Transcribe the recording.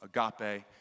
agape